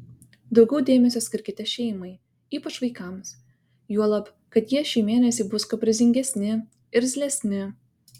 daugiau dėmesio skirkite šeimai ypač vaikams juolab kad jie šį mėnesį bus kaprizingesni irzlesni